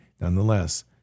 nonetheless